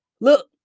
look